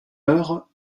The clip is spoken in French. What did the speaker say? heure